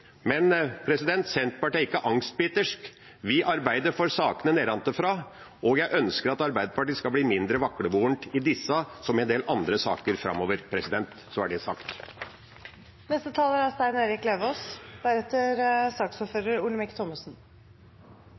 Senterpartiet er ikke angstbitersk. Vi arbeider for sakene nedenfra, og jeg ønsker at Arbeiderpartiet skal bli mindre vaklevorent i disse sakene – som i en del andre saker – framover. Så er det sagt. Det er